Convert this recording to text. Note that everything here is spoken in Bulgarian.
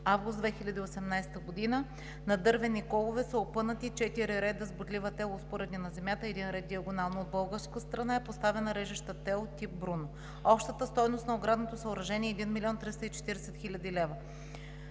август 2018 г.; на дървени колове са опънати четири реда с бодлива тел, успоредни на земята един ред – диагонално от българска страна е поставена режеща тел тип „Бруно“. Общата стойност на оградното съоръжение е 1 млн. 340 хил. лв.: